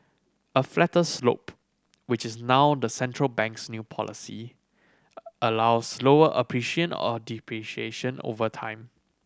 a flatter slope which is now the central bank's new policy allows slower appreciation or depreciation over time